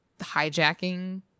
hijacking